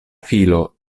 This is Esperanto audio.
filo